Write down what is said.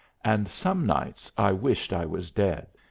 and some nights i wished i was dead.